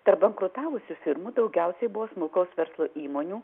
tarp bankrutavusių firmų daugiausiai buvo smulkaus verslo įmonių